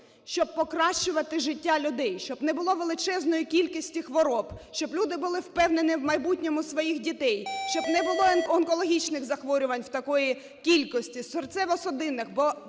щоб покращувати життя людей, щоб не було величезної кількості хвороб, щоб люди були впевнені в майбутньому своїх дітей, щоб не було онкологічних захворювань в такій кількості, серцево-судинних, бо держава